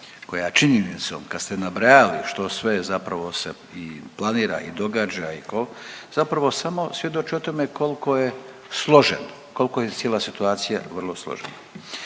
koja činjenicom kad ste nabrajali što sve zapravo se planira i događa i to zapravo samo svjedoči o tome koliko je složen koliko je cijela situacija vrlo složena.